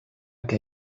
que